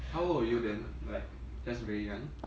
how old were you then like that's really young